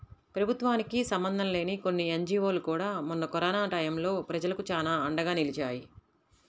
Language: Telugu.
ప్రభుత్వానికి సంబంధం లేని కొన్ని ఎన్జీవోలు కూడా మొన్న కరోనా టైయ్యం ప్రజలకు చానా అండగా నిలిచాయి